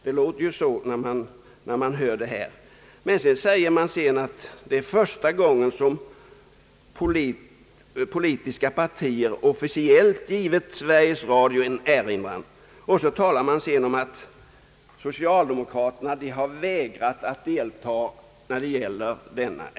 Det verkar så när man läser detta. Men sedan säger man att det är första gången som politiska partier officiellt givit Sveriges Radio en erinran och talar om att socialdemokraterna har vägrat att delta beträffande denna.